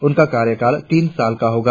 उनका कार्यकाल तीन साल का होगा